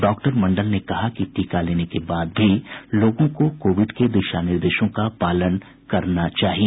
doctor Mandal ने कहा कि टीका लेने के बाद भी लोगों को कोविड के दिशा निर्देशों का पालन करना चाहिए